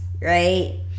right